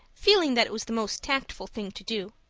feeling that it was the most tactful thing to do,